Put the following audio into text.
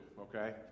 okay